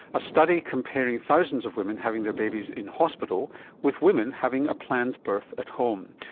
a study comparing thousands of women having their babies in hospital with women having a planned birth at home.